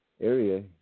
area